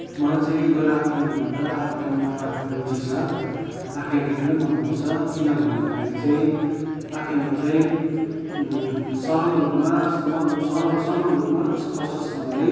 मलाई चाहिँ गैर आख्यानभन्दा आख्यानमा रुचि छ आख्यान लेख्नु नै मनपर्छ किन भन्दाखेरि चाहिँ आख्यानमा चाहिँ सरल रूपमा समग्र सरल सरल रूपमा स्पष्टसँगले